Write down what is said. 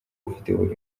video